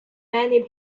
many